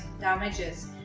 damages